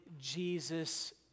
Jesus